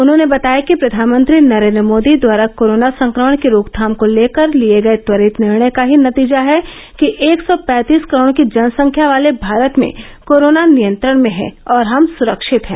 उन्होंने बताया कि प्रधानमंत्री नरेंद्र मोदी द्वारा कोरोना संक्रमण की रोकथाम को लेकर लिए गए त्वरित निर्णय का ही नतीजा है कि एक सौ पैंतीस करोड की जनसंख्या वाले भारत में कोरोना नियंत्रण में है और हम सुरक्षित हैं